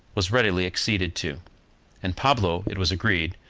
was readily acceded to and pablo, it was agreed,